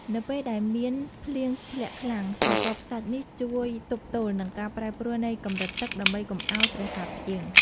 នៅពេលដែលមានភ្លៀងធ្លាក់ខ្លាំង ស្រទាប់ខ្សាច់នេះជួយទប់ទល់នឹងការប្រែប្រួលនៃកម្រិតទឹក ដើម្បីកុំឱ្យប្រាសាទផ្អៀង។